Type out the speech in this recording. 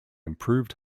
improved